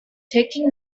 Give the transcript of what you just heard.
taking